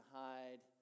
hide